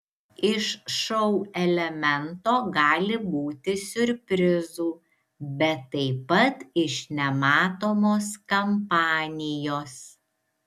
iš šou elemento gali būti siurprizų bet taip pat iš nematomos kampanijos